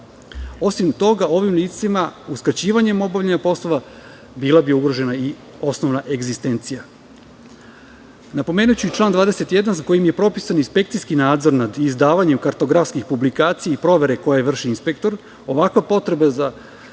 Osim toga, ovim licima uskraćivanjem obavljanja poslova bila bi ugrožena i osnovna egzistencija. Napomenuću i član 21. kojim je propisan inspekcijski nadzor nad izdavanjem kartografskih publikacija i provere koje vrši inspektor. Ovakva potreba za nadzorom